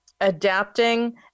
adapting